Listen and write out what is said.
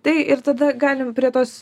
tai ir tada galim prie tos